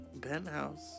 penthouse